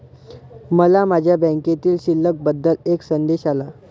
मला माझ्या बँकेतील शिल्लक बद्दल एक संदेश आला